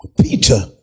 Peter